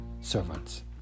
servants